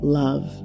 love